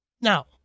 Now